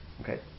Okay